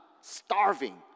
starving